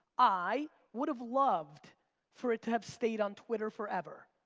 i would've loved for it to have stayed on twitter forever.